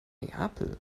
neapel